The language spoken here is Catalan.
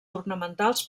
ornamentals